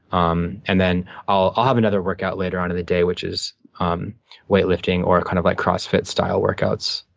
um and then i'll have another workout later on in the day, which is um weight lifting or kind of like cross fit style workouts.